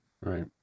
right